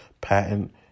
patent